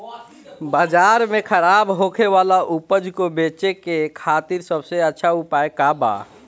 बाजार में खराब होखे वाला उपज को बेचे के खातिर सबसे अच्छा उपाय का बा?